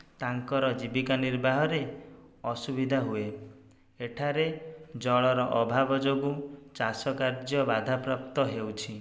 ତାଙ୍କର ଜୀବିକା ନିର୍ବାହରେ ଅସୁବିଧା ହୁଏ ଏଠାରେ ଜଳର ଅଭାବ ଯୋଗୁଁ ଚାଷ କାର୍ଯ୍ୟ ବାଧାପ୍ରାପ୍ତ ହେଉଛି